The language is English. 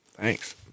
Thanks